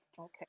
Okay